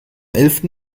elften